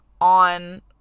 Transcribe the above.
on